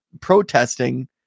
protesting